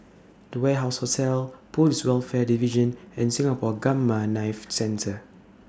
The Warehouse Hotel Police Welfare Division and Singapore Gamma Knife Centre